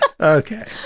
Okay